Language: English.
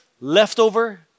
leftover